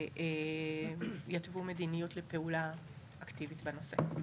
ויתוו מדיניות לפעולה אקטיבית בנושא.